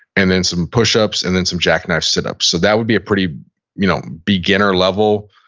and then some push-ups and then some jack knife sit-ups. so that would be a pretty you know beginner level,